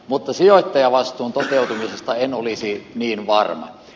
mutta sijoittajavastuun toteutumisesta en olisi niin varma